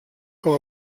com